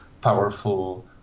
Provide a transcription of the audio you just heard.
powerful